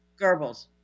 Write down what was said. Goebbels